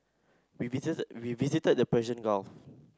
we visited we visited the Persian Gulf